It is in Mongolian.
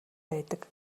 байдаг